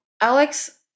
Alex